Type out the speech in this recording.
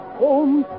home